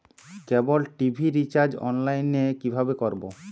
কেবল TV recharge online এ কিভাবে করব?